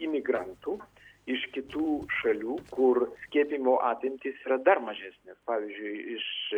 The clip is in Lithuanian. imigrantų iš kitų šalių kur skiepijimo apimtys yra dar mažesnės pavyzdžiui iš